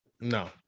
no